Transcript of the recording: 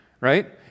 right